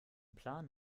plan